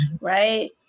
right